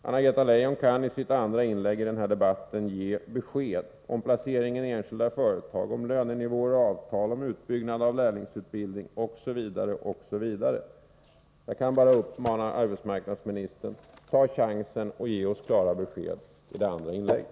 Anna-Greta Leijon kan i sitt andra inlägg i debatten ge besked om placering i enskilda företag, om lönenivåer och avtal, om utbyggnad av lärlingsutbildning, osv. Jag kan bara uppmana arbetsmarknadsministern: Ta chansen och ge oss klara besked i det andra inlägget!